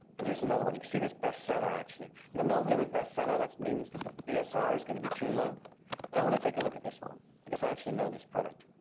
and here's another one. you can see this best seller, actually. now normally with best seller, that means that the bsr is gonna be too low, but i want to take a look at this one, because i actually know this product.